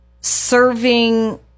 serving